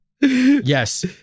Yes